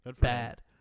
Bad